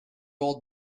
old